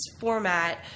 format